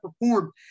performed